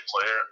player